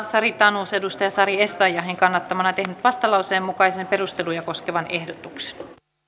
sari tanus sari essayahin kannattamana tehnyt vastalauseen mukaisen perusteluja koskevan ehdotuksen